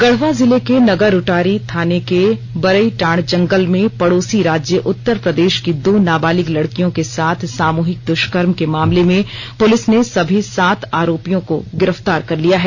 गढ़वा जिले के नगरउंटारी थाने के बरईटांड़ जंगल में पड़ोसी राज्य उत्तर प्रदेश की दो नाबालिग लड़कियों के साथ सामूहिक दुष्कर्म के मामले में पुलिस ने सभी सात आरोपियों को गिरफ्तार कर लिया है